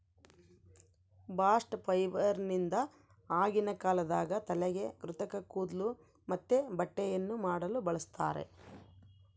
bast ಫೈಬರ್ನಿಂದ ಆಗಿನ ಕಾಲದಾಗ ತಲೆಗೆ ಕೃತಕ ಕೂದ್ಲು ಮತ್ತೆ ಬಟ್ಟೆಯನ್ನ ಮಾಡಲು ಬಳಸ್ತಾರ